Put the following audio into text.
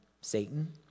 Satan